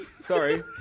Sorry